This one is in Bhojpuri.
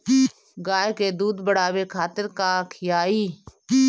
गाय के दूध बढ़ावे खातिर का खियायिं?